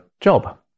job